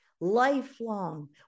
lifelong